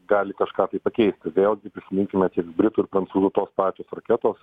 gali kažką pakeisti vėlgi prisiminkime tiek britų ir prancūzų tos pačios raketos